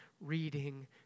reading